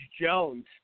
Jones